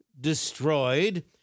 destroyed